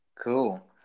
cool